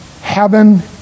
heaven